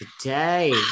today